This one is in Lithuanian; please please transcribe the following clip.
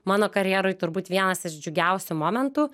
mano karjeroj turbūt vienas iš džiugiausių momentų